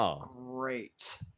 great